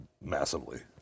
massively